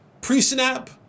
pre-snap